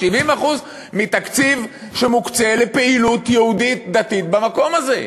70% מהתקציב שמוקצה לפעילות יהודית דתית במקום הזה.